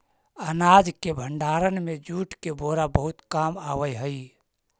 अनाज के भण्डारण में जूट के बोरा बहुत काम आवऽ हइ